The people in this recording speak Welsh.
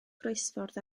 groesffordd